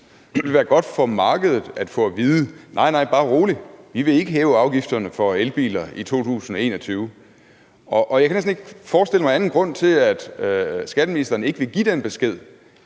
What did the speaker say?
Det ville være godt for markedet at få at vide: Nej, nej, bare rolig, vi vil ikke hæve afgifterne for elbiler i 2021. Jeg kan næsten ikke forestille mig anden grund til, at skatteministeren ikke vil give den besked,